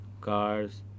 cars